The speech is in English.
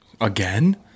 Again